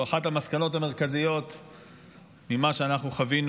או אחת המסקנות המרכזיות ממה שאנחנו חווינו